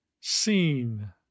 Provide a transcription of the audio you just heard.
seen